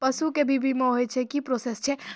पसु के भी बीमा होय छै, की प्रोसेस छै?